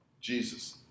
Jesus